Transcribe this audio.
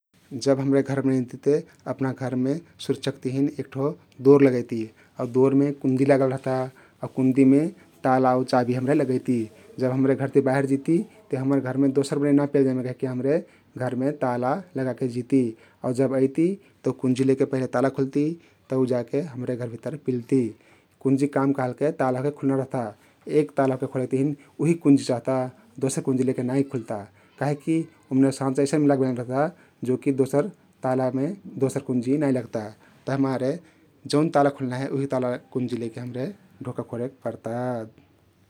जब हम्रे घर बनैतिते अपना घरमे सुरक्षाक तहिन एक ठो दोर लगैती आउ दोरमे कुन्दी लागल रहता आउ कुन्दीमे ताला आउ चाबी हम्रे लगैती । जब हम्रे घरति बाहिर जिती ते हम्मर घरमे दोसर मनै न पेलजामे कैहके घरमे ताला लगाके जिती आउ जब आइती तउ कुन्जी लैके पहिले ताला खुल्ती तउ जाके हम्रे घर भित्तर पिल्ती । कुन्जीक काम कहलके ताला ओहके खुल्ना रहता । एक ताला ओहके खोलेक तहिन उहिक कुन्जी चहता । दोसर कुन्जी लैके नाई खुल्ता । काहिकी ओमने साँचा अइसन मिलाके बनाइल रहता कि दोसर तालामे दोसर कुन्जी नाई लग्ता । तभिमारे जउन ताला खुल्ना हे उहि ताल कुन्जी लैके हम्रे ढोका खोलेक पर्ता ।